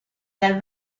nel